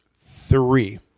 three